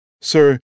Sir